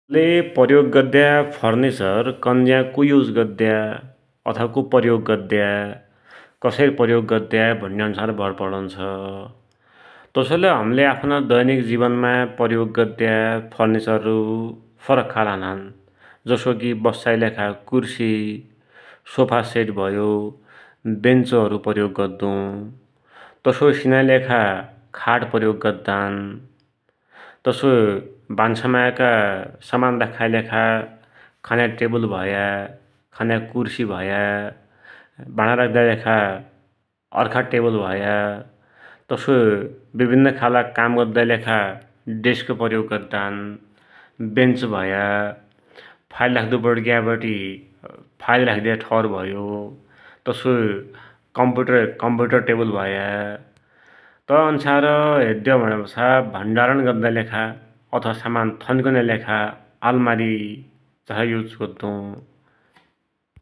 हमले प्रयोग गद्या फर्नीचर कन्ज्या कु युज गद्या अथवा कु प्रयोग गद्या कसरी प्रयोग भुण्या अन्सार भर पडुन्छ । तसोइलै हमले दैनिक जिवनमा प्रयोग गद्या फर्नीचर फरक खालका हुनान, जसोकी बस्साकी लेखा कुर्सी, सोफासेट भयो, वेन्चहरु प्रयोग गद्दु, तसोइ सिनाकी लेखा खाट प्रयोग गद्दान, तसोइ भान्सामाइका सामान राख्दाकी लेखा खान्या टेवुल भया, खान्या कुर्सी भया, भाडा राख्दाकी अर्खा टेवल भया, तसोइ विभिन्न खालका काम नद्दाकी लेखा डेस्क प्रयोग गद्दान, बेन्च भया, फाइल राख्दाकी फाइल राख्द्या ठौर भयो, तसोइ कम्प्युटर टेवल भया, तै अन्सार हेद्यौ भुण्यापाला भण्डारण गद्दाकी लेखा अथवा समान थन्क्युनाकी लेखा अल्मारी तै युज गद्दु ।